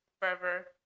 forever